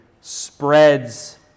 spreads